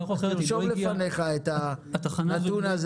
כך או אחרת זה לא הגיע --- תרשום לפניך את הנתון הזה,